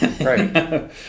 right